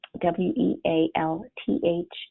w-e-a-l-t-h